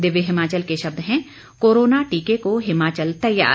दिव्य हिमाचल के शब्द हैं कोरोना टीके को हिमाचल तैयार